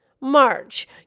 March